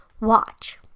Watch